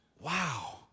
wow